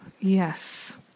yes